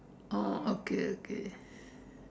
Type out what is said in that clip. oh okay okay